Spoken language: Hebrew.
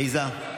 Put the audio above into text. עליזה,